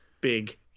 big